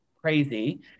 crazy